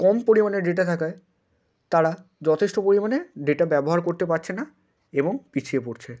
কম পরিমাণে ডেটা থাকায় তারা যথেষ্ট পরিমাণে ডেটা ব্যবহার করতে পারছে না এবং পিছিয়ে পড়ছে